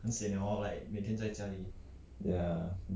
iya